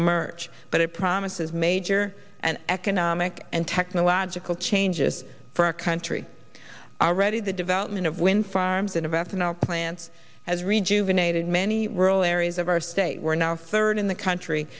emerge but it promises major and economic and technological changes for our country already the development of wind farms and of ethanol plants has rejuvenating many rural areas of our state we're now third in the country